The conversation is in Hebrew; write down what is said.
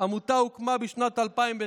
העמותה הוקמה בשנת 2009,